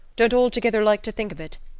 don't altogether like to think of it,